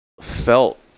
felt